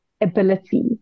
ability